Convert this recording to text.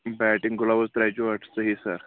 batting gloves ترٛے جورِ صحیح سَر